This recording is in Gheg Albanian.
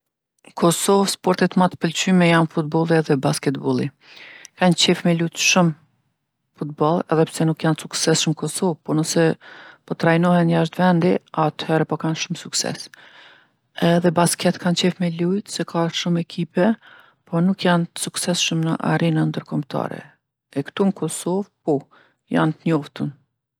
N'Kosovë sportet ma t'pëlqyme janë futbolli edhe basketbolli. Kan qejf me lujt shumë futboll edhe pse nuk janë t'sukseshëm n'Kosovë, po nëse po trajnohen jashtë vendi, atëhere po kanë shumë sukses. Edhe basket kanë qejf me lujt se ka shumë ekipe, po nuk janë t'sukseshëm në arenën ndërkombetare, e ktu n'Kosove po, janë t'njoftun.